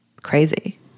crazy